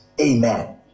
Amen